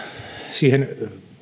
siihen